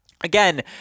again